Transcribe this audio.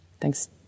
Thanks